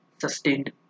sustained